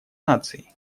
наций